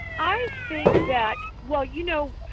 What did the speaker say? i think that well you know